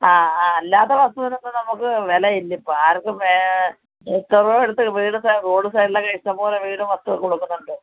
ആ ആ അല്ലാത്ത വസ്തുവിന് ഇപ്പോൾ നമുക്ക് വില ഇല്ലിപ്പോൾ ആർക്കും വേ ഇഷ്ടം പോലെ എടുത്ത് വീടും സ്ഥലം റോഡും സ്ഥലവേ ഇഷ്ടം പോലെ വീടും വസ്തുവൊക്കെ കൊടുക്കുന്നുണ്ട്